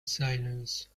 silence